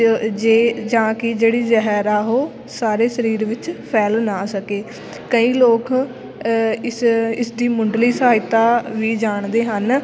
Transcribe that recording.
ਜ ਜੇ ਜਾਂ ਕਿ ਜਿਹੜੀ ਜ਼ਹਿਰ ਆ ਉਹ ਸਾਰੇ ਸਰੀਰ ਵਿੱਚ ਫੈਲ ਨਾ ਸਕੇ ਕਈ ਲੋਕ ਇਸ ਇਸਦੀ ਮੁੱਢਲੀ ਸਹਾਇਤਾ ਵੀ ਜਾਣਦੇ ਹਨ